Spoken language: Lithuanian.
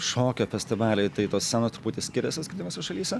šokio festivaliai tai tos scenos truputį skiriasi skirtingose šalyse